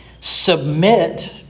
submit